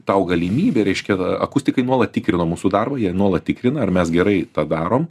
tau galimybė reiškia akustikai nuolat tikrino mūsų darbą jie nuolat tikrina ar mes gerai tą darom